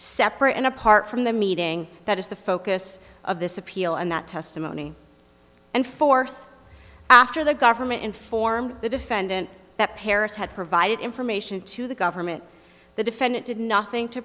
separate and apart from the meeting that is the focus of this appeal and that testimony and fourth after the government informed the defendant that paris had provided information to the government the defendant did nothing to